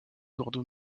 eduardo